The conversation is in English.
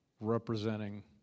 representing